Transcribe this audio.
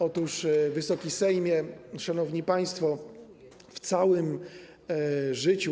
Otóż, Wysoki Sejmie, szanowni państwo, w całym życiu.